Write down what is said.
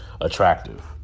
attractive